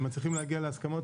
צריכים להגיע להסכמות